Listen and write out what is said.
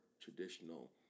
traditional